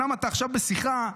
אומנם עכשיו אתה בשיחה,